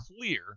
clear